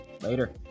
Later